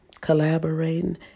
collaborating